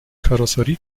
karosserie